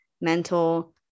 mental